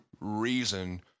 reason